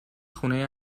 خونه